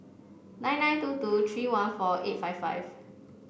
nine nine two two three one four eight five five